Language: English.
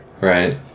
Right